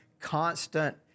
constant